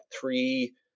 three